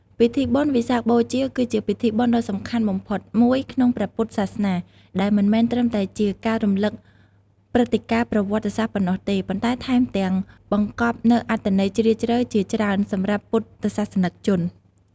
ពិធីបុណ្យវិសាខបូជា គឺជាពិធីបុណ្យដ៏សំខាន់បំផុតមួយក្នុងព្រះពុទ្ធសាសនា ដែលមិនមែនត្រឹមតែជាការរំលឹកព្រឹត្តិការណ៍ប្រវត្តិសាស្ត្រប៉ុណ្ណោះទេ ប៉ុន្តែថែមទាំងបង្កប់នូវអត្ថន័យជ្រាលជ្រៅជាច្រើនសម្រាប់ពុទ្ធសាសនិកជន។